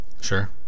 Sure